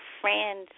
friends